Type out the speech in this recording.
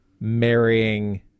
marrying